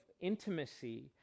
intimacy